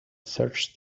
searched